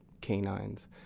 canines